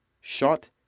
shot